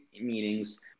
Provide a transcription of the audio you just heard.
meetings